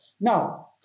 Now